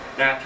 Now